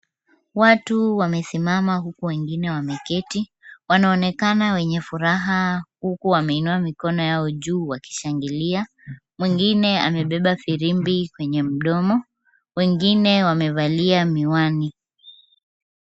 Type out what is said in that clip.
Watu wamesimama huku wengine wameketi. Wanaonekana wenye furaha huku wameinua mikono yao juu wakishangilia. Mwingine amebeba firimbi kwenye mdomo, wengine wamevalia miwani.